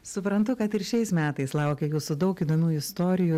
suprantu kad ir šiais metais laukia jūsų daug įdomių istorijų